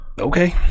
Okay